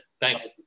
Thanks